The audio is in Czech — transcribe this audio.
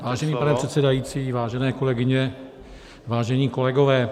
Vážený pane předsedající, vážené kolegyně, vážení kolegové.